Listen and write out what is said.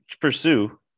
pursue